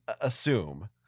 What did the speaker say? assume